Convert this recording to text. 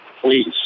please